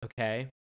okay